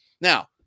now